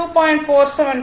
எனவே f 2